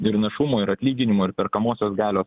ir našumo ir atlyginimų ir perkamosios galios